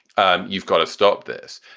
and you've got to stop this.